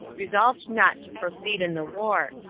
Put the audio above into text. resolved not to proceed in the war,